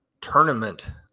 tournament